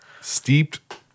Steeped